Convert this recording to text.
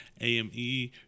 ame